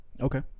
Okay